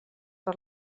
per